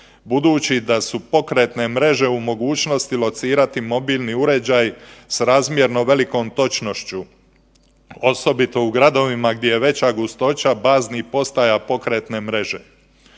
budući da su pokretne mreže u mogućnosti locirati mobilni uređaj s razmjerno velikom točnošću osobito u gradovima gdje je veća gustoća baznih postaja pokretne mreže.